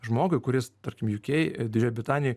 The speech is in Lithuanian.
žmogui kuris tarkim uk didžiojoj britanijoj